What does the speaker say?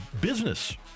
business